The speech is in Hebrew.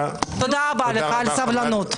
תודה רבה לך על הסבלנות.